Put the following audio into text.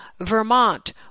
Vermont